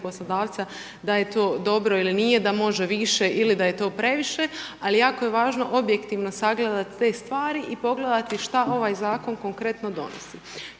poslodavca da je to dobro ili nije, da može više ili da je to previše ali jako je važno objektivno sagledat te stvari i pogledati šta ovaj zakon konkretno donosi.